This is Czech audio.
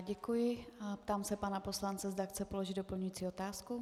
Děkuji a ptám se pana poslance, zda chce položit doplňující otázku.